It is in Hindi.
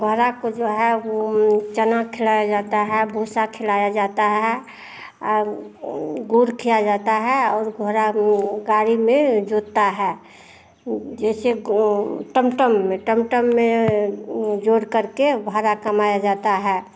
घोड़ा को जो है चना खिलाया जाता है भूसा खिलाया जाता है गुड़ खिलाया जाता है और घोड़ा गाड़ी में जुतता है जैसे टमटम में टमटम में जोड़ करके भाड़ा कमाया जाता है